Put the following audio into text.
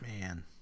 Man